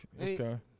Okay